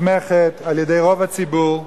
נתמכת על-ידי רוב הציבור,